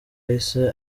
yahise